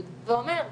ואומר גהה,